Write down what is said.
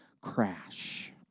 crash